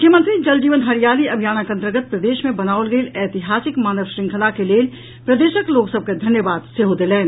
मुख्यमंत्री जल जीवन हरियाली अभियानक अंतर्गत प्रदेश मे बनाओल गेल ऐतिहासिक मानव श्रंखला के लेल प्रदेशक लोक सभ के धन्यवाद सेहो देलनि